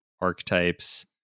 archetypes